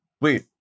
Wait